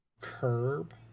curb